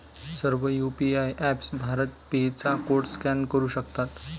सर्व UPI apps BharatPe चा code scan करू शकतात